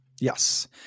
Yes